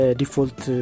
default